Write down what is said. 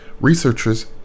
researchers